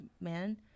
man